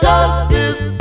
Justice